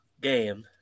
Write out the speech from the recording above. game